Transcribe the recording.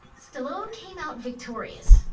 stallone came out victorious.